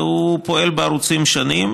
והוא פועל בערוצים שונים.